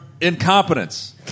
incompetence